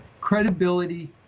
credibility